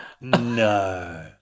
no